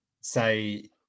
say